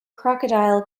crocodile